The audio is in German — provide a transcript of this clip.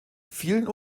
vielen